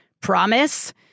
Promise